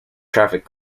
traffic